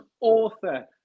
author